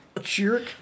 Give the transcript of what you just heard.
Jerk